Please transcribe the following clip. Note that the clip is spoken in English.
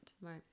Right